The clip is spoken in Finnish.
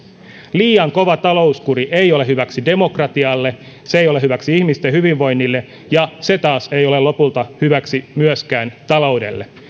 liian kova talouskuri ei ole hyväksi demokratialle se ei ole hyväksi ihmisten hyvinvoinnille ja se taas ei ole lopulta hyväksi myöskään taloudelle